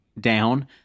down